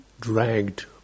dragged